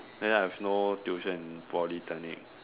then I have no tuition in Polytechnic